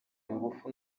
ingufu